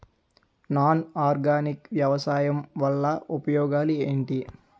Non organic వ్యవసాయం వల్ల ఉపయోగాలు ఏంటీ?